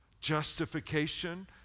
justification